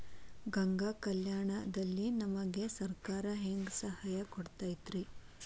ಗಂಗಾ ಕಲ್ಯಾಣ ದಲ್ಲಿ ನಮಗೆ ಸರಕಾರ ಹೆಂಗ್ ಸಹಾಯ ಕೊಡುತೈತ್ರಿ?